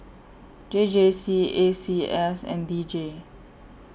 J J C A C S and D J